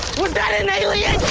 was that an alien?